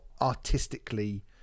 artistically